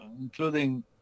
including